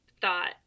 thought